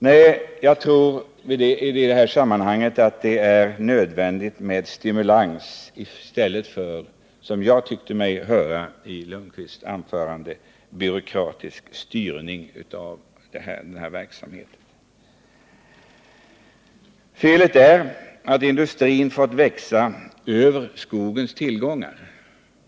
Nej, jag tror i det här sammanhanget att det är nödvändigt med stimulans i stället för, som jag tyckte mig spåra i Svante Lundkvists anförande, byråkratisk styrning av den här verksamheten. Felet är att industrin fått växa över skogens tillgångar.